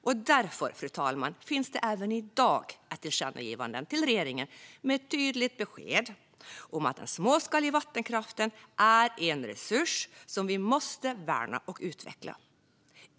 Och därför, fru talman, finns det även i dag ett tillkännagivande till regeringen med ett tydligt besked om att den småskaliga vattenkraften är en resurs som vi måste värna och utveckla.